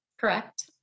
Correct